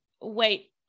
wait